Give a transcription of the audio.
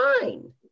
fine